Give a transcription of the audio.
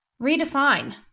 redefine